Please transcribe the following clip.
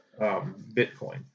Bitcoin